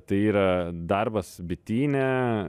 tai yra darbas bityne